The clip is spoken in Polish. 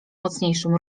mocniejszym